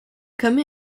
come